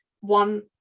one